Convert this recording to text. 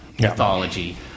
mythology